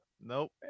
Nope